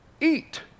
eat